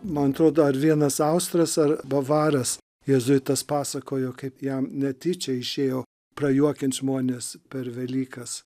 man atrodo ar vienas austras ar bavaras jėzuitas pasakojo kaip jam netyčia išėjo prajuokinti žmones per velykas